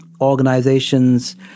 organizations